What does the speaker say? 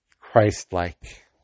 Christ-like